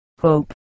hope